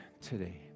today